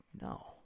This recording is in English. no